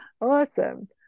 Awesome